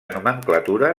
nomenclatura